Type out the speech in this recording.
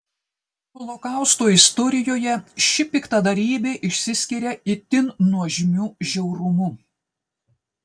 holokausto istorijoje ši piktadarybė išsiskiria itin nuožmiu žiaurumu